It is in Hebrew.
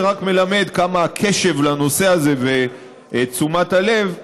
רק מלמד כמה הקשב לנושא הזה ותשומת הלב גברו.